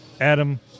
Adam